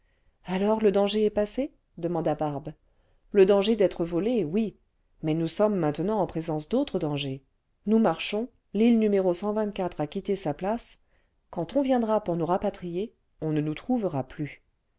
alors le danger est passé demanda barbe le danger d'être volés oui mais nous sommes maintenant en présence d'autres dangers nous marchons l'île n a quitté sa place quand on viendra pour nous rapatrier on ne nous trouvera plus